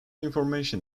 information